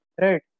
right